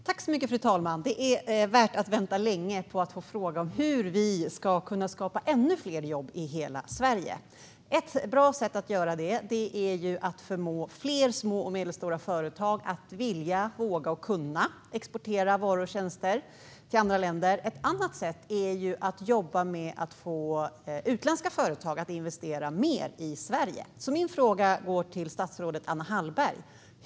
Fru talman! Det är värt att vänta länge på att få fråga hur vi ska kunna skapa ännu fler jobb i hela Sverige. Ett bra sätt att göra det är att förmå fler små och medelstora företag att vilja, våga och kunna exportera varor och tjänster till andra länder. Ett annat sätt är att jobba med att få utländska företag att investera mer i Sverige. Min fråga går till statsrådet Anna Hallberg.